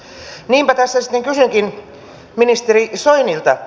niinpä tässä sitten kysynkin ministeri soinilta